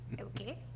Okay